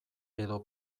edo